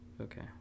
Okay